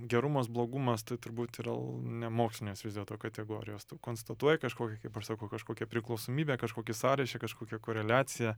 gerumas blogumas tai turbūt yra nemokslinės vis dėlto kategorijos konstatuoji kažkokį kaip aš sakau kažkokią priklausomybę kažkokį sąryšį kažkokią koreliaciją